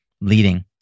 leading